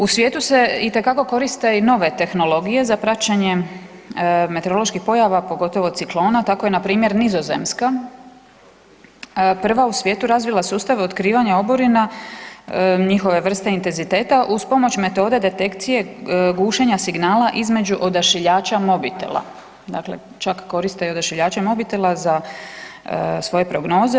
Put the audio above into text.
U svijetu se itekako koriste i nove tehnologije za praćenje meteoroloških pojava, pogotovo ciklona, tako je npr. Nizozemska prva u svijetu razvila sustave otkrivanja oborina, njihove vrste i intenziteta uz pomoć metode detekcije gušenja signala između odašiljača mobitela, dakle čak koriste i odašiljače mobitela za svoje prognoze.